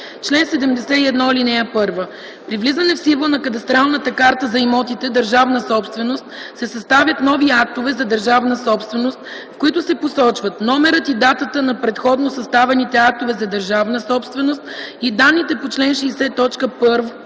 „Чл. 71. (1) При влизане в сила на кадастрална карта за имотите - държавна собственост, се съставят нови актове за държавна собственост, в които се посочват номерът и датата на предходно съставените актове за държавна собственост и данните по чл. 60,